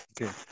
Okay